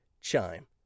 Chime